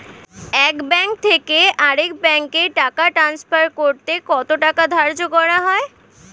এক ব্যাংক থেকে আরেক ব্যাংকে টাকা টান্সফার করতে কত টাকা ধার্য করা হয়?